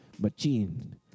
Machine